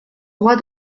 roi